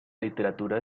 literatura